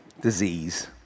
disease